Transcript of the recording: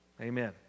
Amen